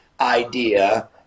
idea